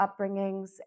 upbringings